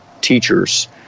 teachers